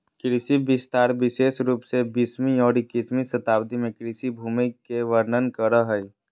कृषि विस्तार विशेष रूप से बीसवीं और इक्कीसवीं शताब्दी में कृषि भूमि के वर्णन करो हइ